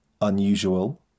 unusual